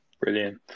Brilliant